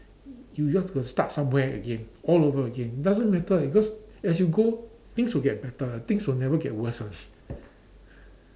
you just got to start somewhere again all over again it doesn't matter because as you go things will get better things will never get worse